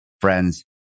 friends